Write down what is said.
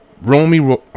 Romy